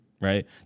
right